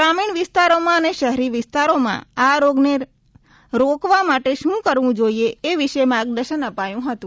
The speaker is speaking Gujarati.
ગ્રામિણ વિસ્તારો અને શહરી વિસ્તારમાં આ રોગને રોકવા માટે શુ કરવું જાઈએ એ વિશે માર્ગદર્શન અપાયું હતું